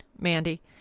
Mandy